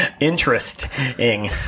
Interesting